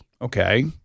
Okay